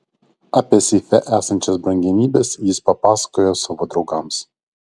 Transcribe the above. apie seife esančias brangenybes jis papasakojo savo draugams